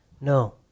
No